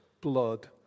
blood